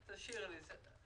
תשאירי לי את זה.